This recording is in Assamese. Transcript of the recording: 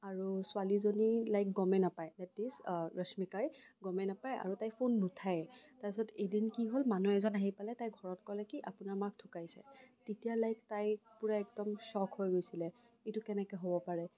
আৰু ছোৱালীজনী লাইক গমেই নাপায় দেট ইচ ৰশ্মিকাই গমে নাপাই আৰু তাই ফোন নুঠাইয়ে তাৰপাছত এদিন কি হ'ল মানুহ এজন আহি পেলাই তাইক ক'লে কি আপোনাৰ মাক ঢুকাইছে তেতিয়া লাইক তাই পূৰা একদম শ্বক হৈ গৈছিলে এইটো কেনেকে হ'ব পাৰে